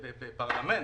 בפרלמנט.